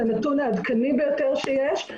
זה הנתון העדכני ביותר שיש,